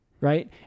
right